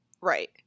Right